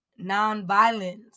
nonviolence